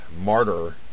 Martyr